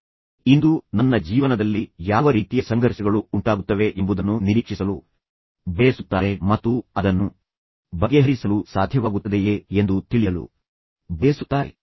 ಅವರು ಇಂದು ನನ್ನ ಜೀವನದಲ್ಲಿ ಯಾವ ರೀತಿಯ ಸಂಘರ್ಷಗಳು ಉಂಟಾಗುತ್ತವೆ ಎಂಬುದನ್ನು ನಿರೀಕ್ಷಿಸಲು ಬಯಸುತ್ತಾರೆ ಮತ್ತು ಅದನ್ನು ಬಗೆಹರಿಸಲು ಸಾಧ್ಯವಾಗುತ್ತದೆಯೇ ಎಂದು ತಿಳಿಯಲು ಬಯಸುತ್ತಾರೆ